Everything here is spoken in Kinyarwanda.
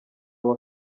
uwa